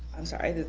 i'm sorry,